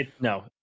no